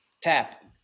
tap